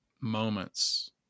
moments